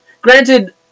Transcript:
granted